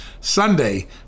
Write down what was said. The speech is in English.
Sunday